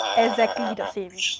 exactly the same